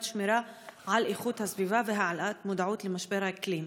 שמירה על איכות הסביבה והעלאת מודעות למשבר האקלים.